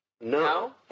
no